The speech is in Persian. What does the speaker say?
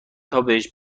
تابهش